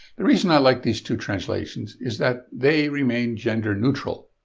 the reason i like these two translations is that they remain gender neutral.